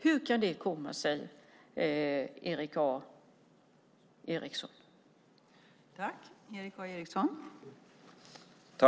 Hur kan det komma sig, Erik A Eriksson?